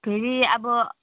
फेरि अब